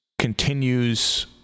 continues